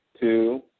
two